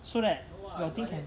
so that the thing can